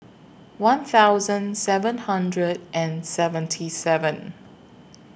one thousand seven hundred and seventy seven